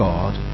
God